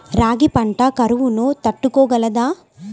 రాగి పంట కరువును తట్టుకోగలదా?